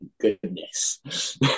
goodness